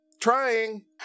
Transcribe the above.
Trying